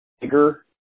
bigger